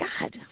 God